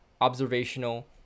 observational